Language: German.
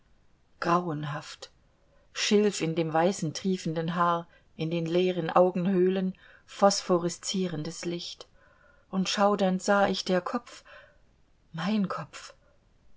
grauenhaft schilf in dem weißen triefenden haar in den leeren augenhöhlen phosphoreszierendes licht und schaudernd sah ich der kopf mein kopf